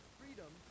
freedom